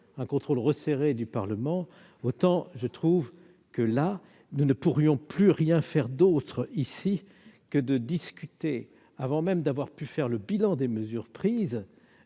un contrôle resserré du Parlement, autant je trouve que, dans cette hypothèse, nous ne pourrions plus rien faire d'autre ici que de discuter, avant même d'avoir pu dresser le bilan des mesures prises,